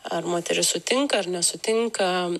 ar moteris sutinka ar nesutinka